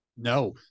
No